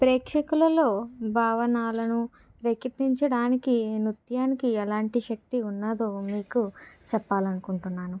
ప్రేక్షకులలో భావాలను రేకెత్తించటానికి నృత్యానికి ఎలాంటి శక్తి ఉన్నదో మీకు చెప్పాలిఅనుకుంటున్నాను